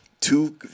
two